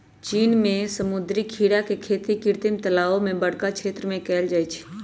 चीन में समुद्री खीरा के खेती कृत्रिम तालाओ में बरका क्षेत्र में कएल जाइ छइ